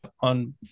on